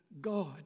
God